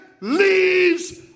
leaves